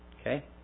Okay